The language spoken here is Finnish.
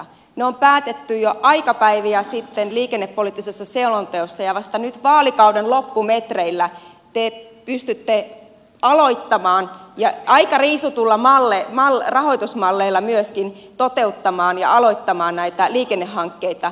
ne on päätetty jo aikapäiviä sitten liikennepoliittisessa selonteossa ja vasta nyt vaalikauden loppumetreillä te pystytte aika riisutuilla rahoitusmalleilla toteuttamaan ja aloittamaan näitä liikennehankkeita